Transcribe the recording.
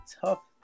tough